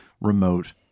remote